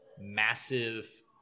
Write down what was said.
massive